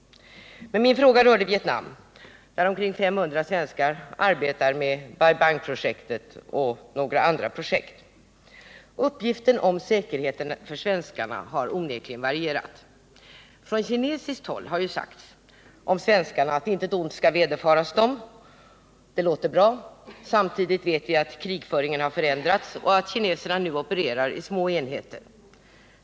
Men min fråga rörde Vietnam, där omkring 500 svenskar arbetar med Bai Bang-projektet och andra projekt. Uppgifterna om säkerheten för svenskarna har onekligen varierat. Från kinesiskt håll har man sagt att intet ont skall vederfaras svenskarna. Det låter bra. Samtidigt vet vi att krigföringen ändrats och att kineserna nu opererar i små enheter.